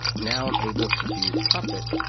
now i'm able to use puppet,